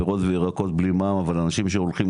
פירות וירקות בלי מע"מ,